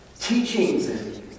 teachings